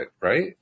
right